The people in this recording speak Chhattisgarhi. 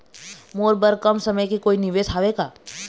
मोर बर कम समय के कोई निवेश हावे का?